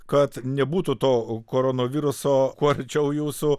kad nebūtų to koronaviruso kuo arčiau jūsų